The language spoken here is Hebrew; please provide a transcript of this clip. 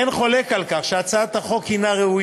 אין חולק על כך שהצעת החוק היא ראויה,